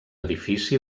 edifici